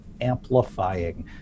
amplifying